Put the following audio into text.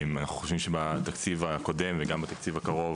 אנחנו חושבים שבתקציב הקודם וגם בתקציב הקרוב